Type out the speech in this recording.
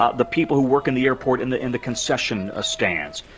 ah the people who work in the airport in the in the concession ah stands.